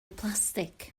plastig